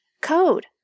code